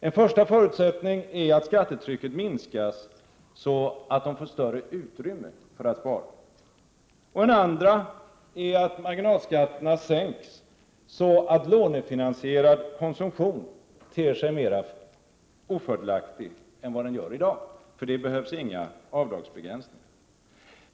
En första förutsättning är att skattetrycket minskas, så att de får större utrymme för att spara. En andra förutsättning är att marginalskatterna sänks, så att lånefinansierad konsumtion ter sig mer ofördelaktig än vad den gör i dag. För det behövs inga avdragsbegränsningar.